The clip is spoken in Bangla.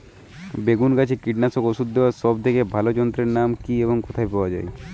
বেগুন গাছে কীটনাশক ওষুধ দেওয়ার সব থেকে ভালো যন্ত্রের নাম কি এবং কোথায় পাওয়া যায়?